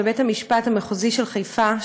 בבית-המשפט המחוזי של חיפה,